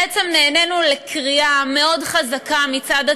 בעצם נענינו לקריאה מאוד חזקה מצד הציבור,